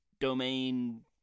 domain